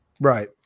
Right